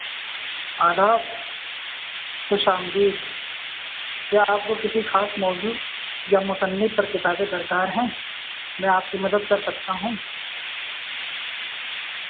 آداب خوش آمدید کیا آپ کو کسی خاص موضوع یا مصنف پر کتابیں درکار ہیں میں آپ کی مدد کر سکتا ہوں